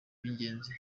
by’ingenzi